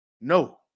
No